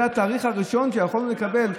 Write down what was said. זה התאריך הראשון שיכולנו לקבל.